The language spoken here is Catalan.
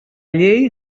llei